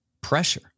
pressure